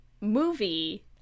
movie